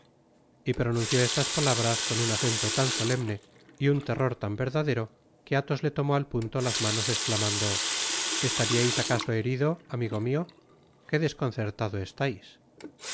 t pronunció estas palabras con un acento tan solemne y un terror tan verdadero que athos le tomó al punto las manos esclamando estaríais acaso herido amigo mio que desconcertado estais